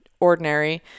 ordinary